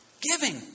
Giving